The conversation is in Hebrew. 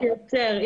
יותר,